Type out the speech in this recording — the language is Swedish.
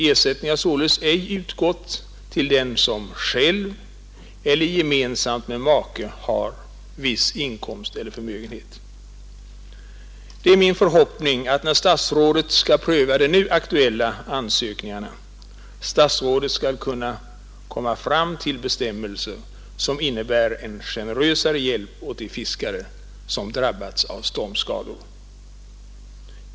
Ersättning har således ej utgått till den som själv eller gemensamt med make har viss inkomst eller förmögenhet. Det är min förhoppning att, när statsrådet skall pröva de nu aktuella ansökningarna, statsrådet skall kunna komma fram till bestämmelser, som innebär en generösare hjälp åt fiskare som drabbats av stormskador.